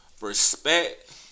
respect